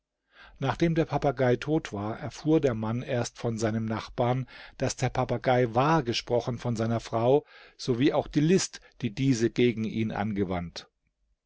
nachdem der papagei tot war erfuhr der mann erst von seinen nachbarn daß der papagei wahr gesprochen von seiner frau so wie auch die list die diese gegen ihn angewandt